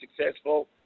successful